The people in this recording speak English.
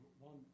one